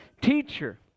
teacher